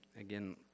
again